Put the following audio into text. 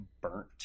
burnt